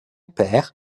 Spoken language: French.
père